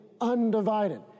undivided